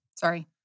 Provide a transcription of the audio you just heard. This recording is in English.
Sorry